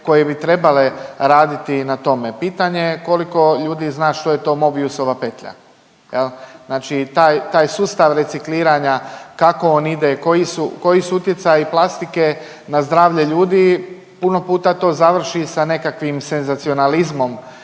koje bi trebale raditi na tome. Pitanje je koliko ljudi zna što je to Mobiusova petlja. Znači taj sustav recikliranja kako on ide, koji su utjecaji plastike na zdravlje ljudi? Puno puta to završi sa nekakvim senzacionalizmom